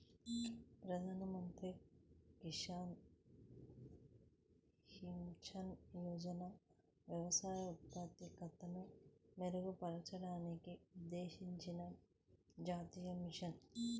ప్రధాన మంత్రి కృషి సించాయ్ యోజన వ్యవసాయ ఉత్పాదకతను మెరుగుపరచడానికి ఉద్దేశించిన జాతీయ మిషన్